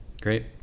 Great